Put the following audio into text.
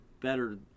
better